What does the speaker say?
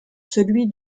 celui